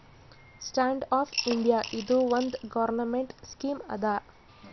stand up India ಇದು ಒಂದ್ government scheme ಅದಾ